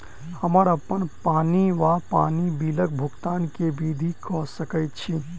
हम्मर अप्पन पानि वा पानि बिलक भुगतान केँ विधि कऽ सकय छी?